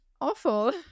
awful